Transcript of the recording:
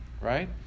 right